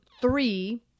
three